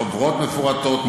חוברות מפורטות,